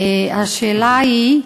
השאלה היא: